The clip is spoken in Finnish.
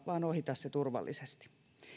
vaan ohita se turvallisesti